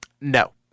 No